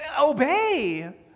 obey